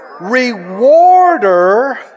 rewarder